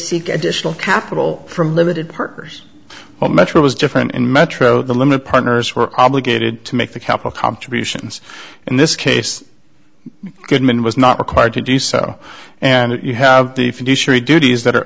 seek additional capital from limited partners or metro was different in metro the limit partners were obligated to make the couple contributions in this case goodman was not required to do so and you have the fiduciary duties that are